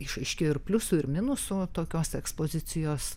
išaiškėjo ir pliusų ir minusų tokios ekspozicijos